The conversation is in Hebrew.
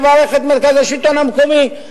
מברך את מרכז השלטון המקומי,